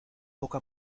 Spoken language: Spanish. poco